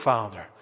Father